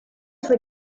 sue